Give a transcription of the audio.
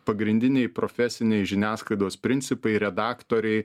pagrindiniai profesiniai žiniasklaidos principai redaktoriai